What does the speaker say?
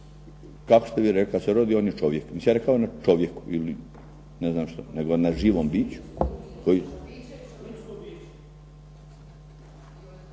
kako ste vi rekli, kada se rodi on je čovjek. Nisam ja rekao na čovjeku, nego na živom biću.